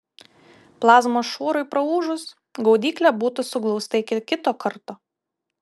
plazmos šuorui praūžus gaudyklė būtų suglausta iki kito karto